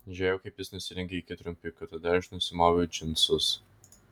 žiūrėjau kaip jis nusirengia iki trumpikių tada aš nusimoviau džinsus